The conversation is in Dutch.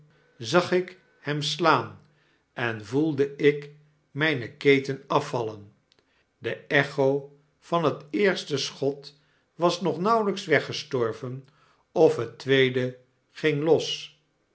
zag ik hem slaan en voelde ik mijne keten afvallen de echo van het eerste schot was nog nauwelyks weggestorven of het tweede ging los